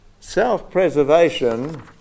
self-preservation